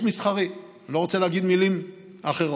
החזר כספי